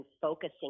focusing